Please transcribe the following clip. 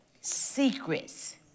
secrets